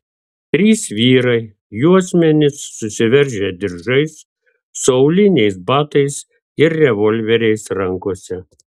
trys vyrai juosmenis susiveržę diržais su auliniais batais ir revolveriais rankose